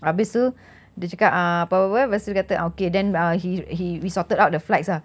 habis tu dia cakap uh apa apa apa lepas tu dia kata ah okay then uh he he we sorted out the flights ah